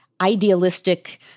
idealistic